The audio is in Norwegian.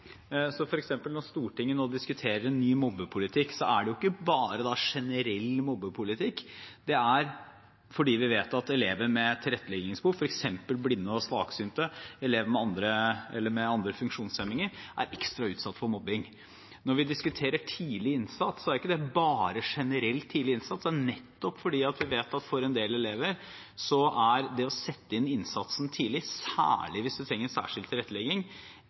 når Stortinget nå f.eks. diskuterer ny mobbepolitikk, er det ikke bare generell mobbepolitikk, det er fordi vi vet at elever med tilretteleggingsbehov, f.eks. blinde og svaksynte, eller elever med andre funksjonshemninger, er ekstra utsatt for mobbing. Når vi diskuterer tidlig innsats, er ikke det bare generell tidlig innsats, det er nettopp fordi vi vet at for en del elever er det å sette inn innsatsen tidlig, særlig hvis de trenger særskilt tilrettelegging,